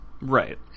Right